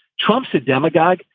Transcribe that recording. trump's a demagogue.